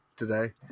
today